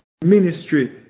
ministry